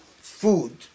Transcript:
food